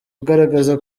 ugaragaza